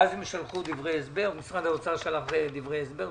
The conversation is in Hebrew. ואז הם שלחו דברי הסבר,